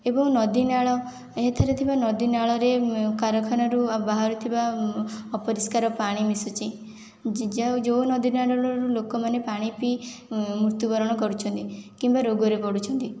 ଏବଂ ନଦୀନାଳ ଏହିଥିରେ ଥିବା ନଦୀନାଳରେ କାରଖାନାରୁ ବାହାରୁଥିବା ଅପରିଷ୍କାର ପାଣି ମିଶିଛି ଯେ ଯେଉଁ ନଦୀନାଳରୁ ଲୋକମାନେ ପାଣି ପିଇ ମୃତ୍ୟୁବରଣ କରୁଛନ୍ତି କିମ୍ବା ରୋଗରେ ପଡ଼ୁଛନ୍ତି